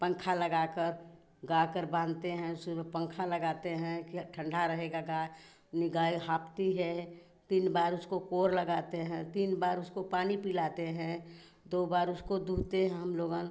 पंखा लगाकर गा कर बाँधते हैं उसमें पंखा लगाते हैं कि ठंडा रहेगा गाय नहीं गाय हाँफती है तीन बार उसको कोर लगाते हैं तीन बार उसको पानी पिलाते हैं दो बार उसको दुहते हैं हम लोगन